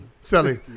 Sally